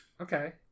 Okay